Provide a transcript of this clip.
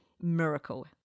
miracle